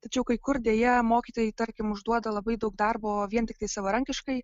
tačiau kai kur deja mokytojai tarkim užduoda labai daug darbo vien tiktai savarankiškai